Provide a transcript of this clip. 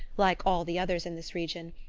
like all the others in this region,